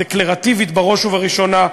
דקלרטיבית בראש ובראשונה,